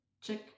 check